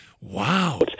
wow